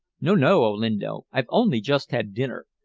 no, no, olinto. i've only just had dinner.